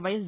YS